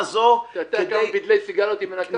אתה יודע כמה בדלי סיגריות היא מנקה?